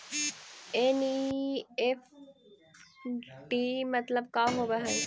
NEFT मतलब का होब हई?